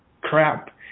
crap